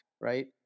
right